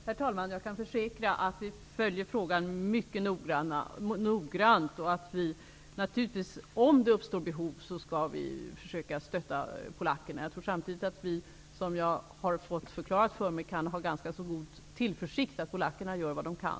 Herr talman! Jag kan försäkra att vi följer frågan mycket noggrant, och att vi naturligtvis om behov uppstår skall försöka stötta polackerna. Jag tror samtidigt att vi kan hysa ganska god tillförsikt till att polackerna gör vad de kan.